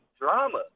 drama